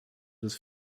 des